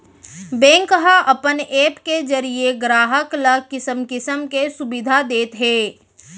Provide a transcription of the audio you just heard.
bank ह अपन app के जरिये गराहक ल किसम किसम के सुबिधा देत हे